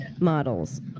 Models